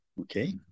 Okay